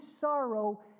sorrow